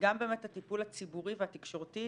גם את הטיפול הציבורי והתקשורתי.